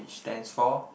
it stands for